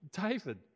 David